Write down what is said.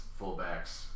fullbacks